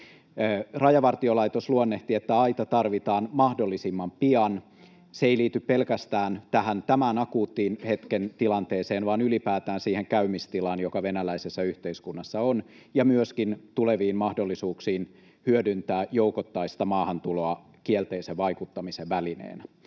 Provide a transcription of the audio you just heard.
Rajavartiolaitos luonnehti, että aita tarvitaan mahdollisimman pian. Se ei liity pelkästään tämän akuutin hetken tilanteeseen vaan ylipäätään siihen käymistilaan, joka venäläisessä yhteiskunnassa on, ja myöskin tuleviin mahdollisuuksiin hyödyntää joukottaista maahantuloa kielteisen vaikuttamisen välineenä.